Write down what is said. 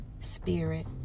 Spirit